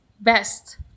best